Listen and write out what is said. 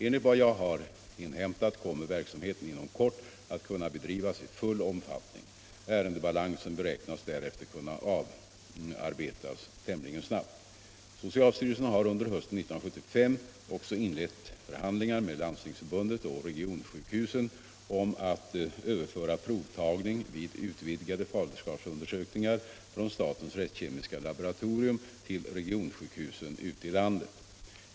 Enligt vad jag har inhämtat kommer verksamheten inom kort att kunna bedrivas i full omfattning. Ärendebalansen beräknas därefter kunna avarbetas tämligen snabbt. Socialstyrelsen har under hösten 1975 också inlett förhandlingar med 133 Landstingsförbundet och regionsjukhusen om att överföra provtagning vid utvidgade faderskapsundersökningar från statens rättskemiska laboratorium till regionsjukhusen ute i landet.